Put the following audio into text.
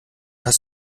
hast